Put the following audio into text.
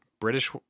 British